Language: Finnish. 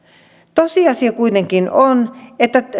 tosiasia kuitenkin on että